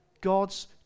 God's